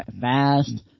fast